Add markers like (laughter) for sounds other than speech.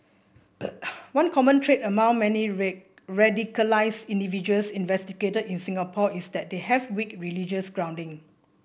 (noise) one common trait among many red radicalised individuals investigated in Singapore is that they have weak religious grounding